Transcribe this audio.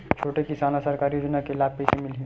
छोटे किसान ला सरकारी योजना के लाभ कइसे मिलही?